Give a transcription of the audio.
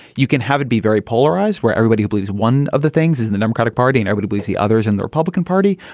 you can have it be very polarized where everybody who believes one of the things is the democratic party inevitably see others in the republican party.